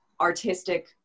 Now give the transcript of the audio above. artistic